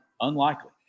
unlikely